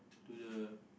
to the